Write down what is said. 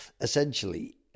essentially